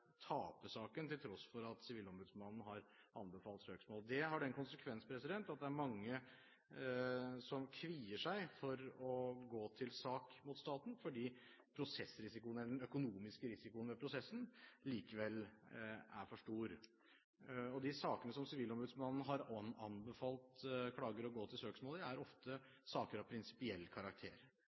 tape saken, til tross for at Sivilombudsmannen har anbefalt søksmål. Det har den konsekvens at det er mange som kvier seg for å gå til sak mot staten, fordi den økonomiske risikoen ved prosessen likevel er for stor. De sakene som Sivilombudsmannen har anbefalt klager å gå til søksmål i, er ofte saker av prinsipiell karakter.